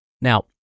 Now